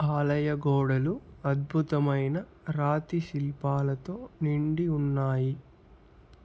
ఆలయ గోడలు అద్భుతమైన రాతి శిల్పాలతో నిండి ఉన్నాయి